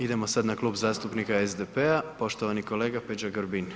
Idemo sad na Klub zastupnika SDP-a, poštovani kolega Peđa Grbin.